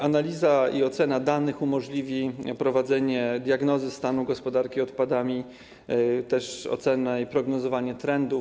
Analiza i ocena danych umożliwi prowadzenie diagnozy stanu gospodarki odpadami, ocenę i prognozowanie trendów.